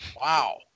wow